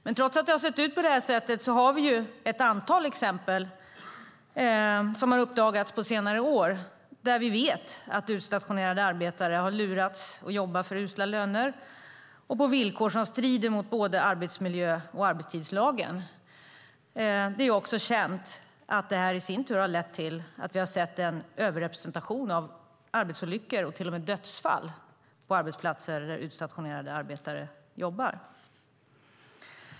Men trots att det har sett ut på det här sättet har vi ett antal exempel som har uppdagats på senare år där vi vet att utstationerade arbetare har lurats att jobba för usla löner och på villkor som strider mot både arbetsmiljölagen och arbetstidslagen. Det är också känt att det i sin tur har lett till att vi har sett en överrepresentation av arbetsolyckor och till och med dödsfall på arbetsplatser där utstationerade arbetare jobbar.